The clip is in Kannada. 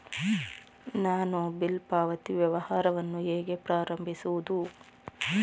ನಾನು ಬಿಲ್ ಪಾವತಿ ವ್ಯವಹಾರವನ್ನು ಹೇಗೆ ಪ್ರಾರಂಭಿಸುವುದು?